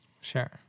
Sure